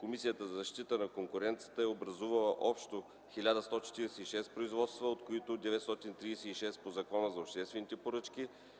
Комисията за защита на конкуренцията е образувала общо 1146 производства, от които 936 по Закона за обществените поръчки,